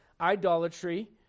idolatry